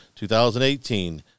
2018